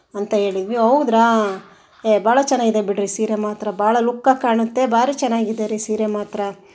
ಅಂತ ಹೇಳಿದ್ವಿ ಹೌದ್ರಾ ಏಯ್ ಭಾಳ ಚೆನ್ನಾಗಿದೆ ಬಿಡಿರಿ ಸೀರೆ ಮಾತ್ರ ಭಾಳ ಲುಕ್ಕಾಗಿ ಕಾಣುತ್ತೆ ಭಾರಿ ಚೆನ್ನಾಗಿದೆ ರೀ ಸೀರೆ ಮಾತ್ರ